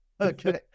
Okay